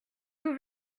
nous